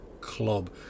club